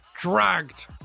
dragged